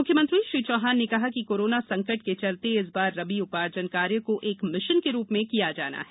मुख्यमंत्री श्री चौहान ने कहा कि करोना संकट के चलते इस बार रबी उपार्जन कार्य को एक मिशन के रूप में किया जाना है